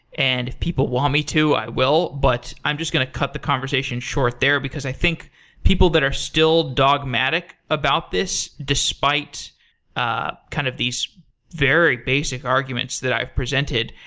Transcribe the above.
and if people want me to, i will, but i'm just going to cut the conversation short there, because i think people that are still dogmatic about this despite ah kind of these very basic arguments that i've presented.